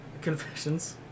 Confessions